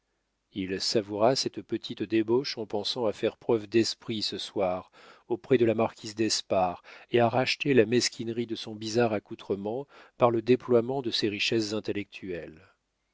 il savoura cette petite débauche en pensant à faire preuve d'esprit ce soir auprès de la marquise d'espard et à racheter la mesquinerie de son bizarre accoutrement par le déploiement de ses richesses intellectuelles